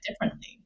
differently